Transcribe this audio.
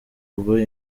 ubwo